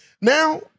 Now